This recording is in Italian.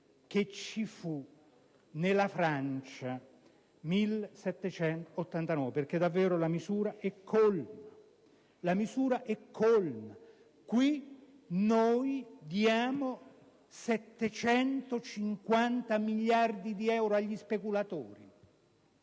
che scoppiò nella Francia del 1789, perché davvero la misura è colma. Noi diamo 750 miliardi di euro agli speculatori: